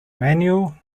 manual